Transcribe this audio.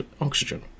oxygen